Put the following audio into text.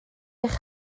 eich